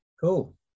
Cool